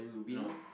no